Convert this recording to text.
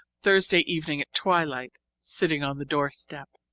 thursday evening at twilight, sitting on the doorstep.